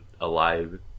Alive